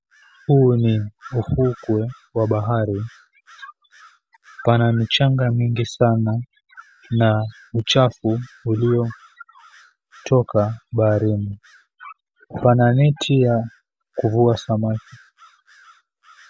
Huu ni ufukwe wa bahari. Pana michanga mingi sana na uchafu uliotoka baharini. Pana neti ya kuvua samaki.